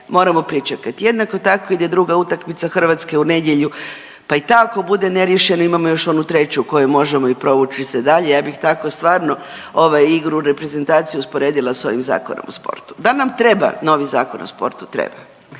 moramo pričekat. Jednako tako ide druga utakmice u nedjelju pa i ta ako bude neriješena imamo još onu treću u kojoj možemo se provući se dalje. Ja bih tako stvarno igru reprezentacije usporedila s ovim Zakonom o sportu. Da nam treba novi zakon o sportu? Treba.